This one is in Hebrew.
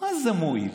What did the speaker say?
מה זה מועיל?